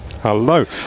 Hello